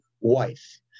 wife